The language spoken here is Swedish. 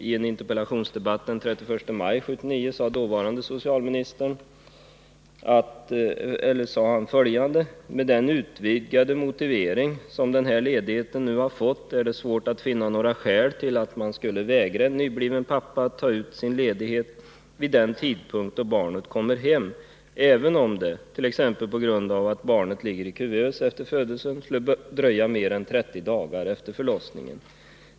I en interpellationsdebatt den 31 maj 1979 sade dåvarande socialministern följande: ”Med den utvidgade motivering som den här ledigheten nu har fått är det svårt att finna några skäl till att man skulle vägra en nybliven pappa att ta ut sin ledighet vid den tidpunkt då barnet kommer hem, även om det —t.ex. på grund av att barnet ligger i kuvös efter födelsen — skulle dröja mer än 30 dagar efter förlossningen.